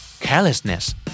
Carelessness